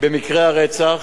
במקרי הרצח,